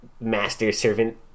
master-servant